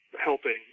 helping